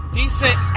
decent